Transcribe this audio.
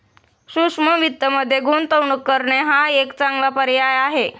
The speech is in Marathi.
सूक्ष्म वित्तमध्ये गुंतवणूक करणे हा एक चांगला पर्याय आहे